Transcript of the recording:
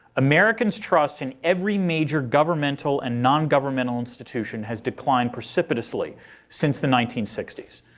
americans' trust in every major governmental and non-governmental institution has declined precipitously since the nineteen sixty s.